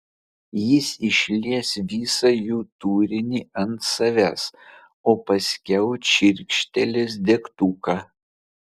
jis išlies visą jų turinį ant savęs o paskiau čirkštelės degtuką